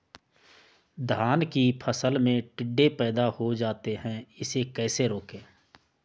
धान की फसल में टिड्डे पैदा हो जाते हैं इसे कैसे रोकें?